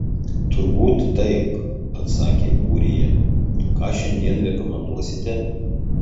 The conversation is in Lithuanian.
turbūt taip atsakė ūrija ką šiandien rekomenduosite